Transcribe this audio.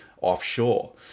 offshore